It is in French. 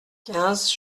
quinze